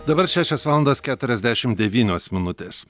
dabar šešios valandos keturiasdešim devynios minutės